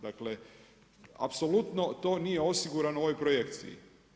Dakle, apsolutno to nije osigurano u ovoj projekciji.